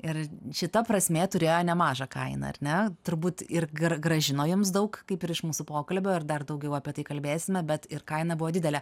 ir šita prasmė turėjo nemažą kainą ar ne turbūt ir grąžino jums daug kaip ir iš mūsų pokalbio ir dar daugiau apie tai kalbėsime bet ir kaina buvo didelė